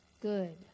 good